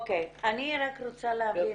גברתי, אני יכול להפריע?